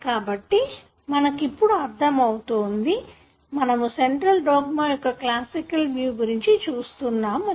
కాబట్టి మనకు ఇప్పుడు అర్థం అవుతుంది మనము డోగ్మ యొక్క క్లాసికల్ వ్యూ గురించి చూస్తున్నాము అని